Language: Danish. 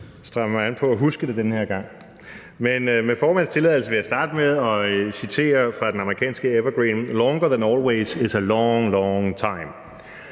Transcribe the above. stramme mig an for at huske det den her gang, men med formandens tilladelse vil jeg starte med at citere fra den amerikanske evergreen: Longer than always is a long, long time